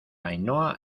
ainhoa